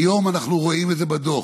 היום אנחנו רואים את זה בדוח.